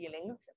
feelings